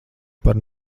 par